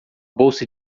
bolsa